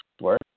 work